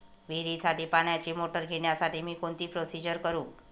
विहिरीसाठी पाण्याची मोटर घेण्यासाठी मी कोणती प्रोसिजर करु?